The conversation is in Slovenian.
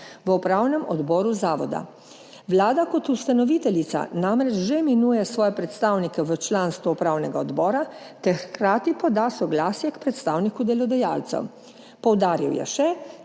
v upravnem odboru zavoda. Vlada kot ustanoviteljica namreč že imenuje svoje predstavnike v članstvo upravnega odbora ter hkrati poda soglasje k predstavniku delodajalcev. Poudaril je še,